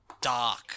dark